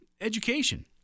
education